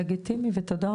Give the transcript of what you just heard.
לגיטימי ותודה רבה.